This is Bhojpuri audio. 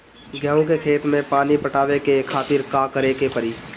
गेहूँ के खेत मे पानी पटावे के खातीर का करे के परी?